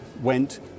went